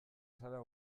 zara